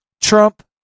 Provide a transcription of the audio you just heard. Trump